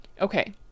Okay